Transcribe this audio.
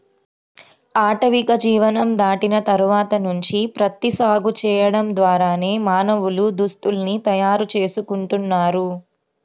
ఆటవిక జీవనం దాటిన తర్వాత నుంచి ప్రత్తి సాగు చేయడం ద్వారానే మానవులు దుస్తుల్ని తయారు చేసుకుంటున్నారు